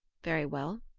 very well.